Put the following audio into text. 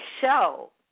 show